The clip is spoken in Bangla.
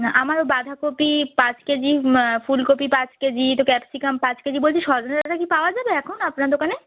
না আমার বাঁধাকপি পাঁচ কেজি ফুলকপি পাঁচ কেজি তো ক্যাপসিকাম পাঁচ কেজি বোলছি সজনে ডাঁটা কি পাওয়া যায় এখন আপনার দোকানে